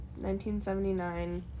1979